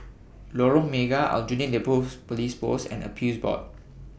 Lorong Mega Aljunied Neighbourhoods Police Post and Appeals Board